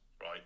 right